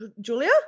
Julia